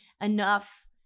enough